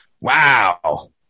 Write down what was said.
wow